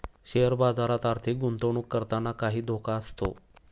share बाजारात आर्थिक गुंतवणूक करताना काही धोका असतो